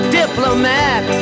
diplomat